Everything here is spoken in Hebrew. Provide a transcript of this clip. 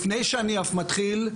לפני שאני אתחיל,